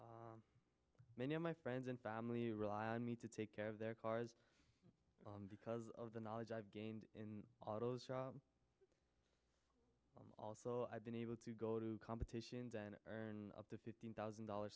many of my friends and family rely on me to take care of their cars because of the knowledge i've gained in autos also i've been able to go to competitions and earn up to fifteen thousand dollar